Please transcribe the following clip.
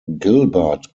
gilbert